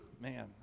man